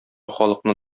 халыкны